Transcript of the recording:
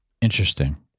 Interesting